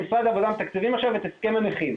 במשרד העבודה מתקצבים עכשיו את הסכם הנכים.